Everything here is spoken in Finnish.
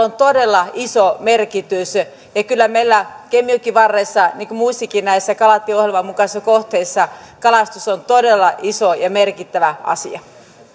on todella iso merkitys kyllä meillä kemijokivarressa niin kuin muissakin näissä kalatieohjelman mukaisissa kohteissa kalastus on todella iso ja merkittävä asia